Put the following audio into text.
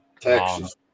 texas